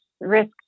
risk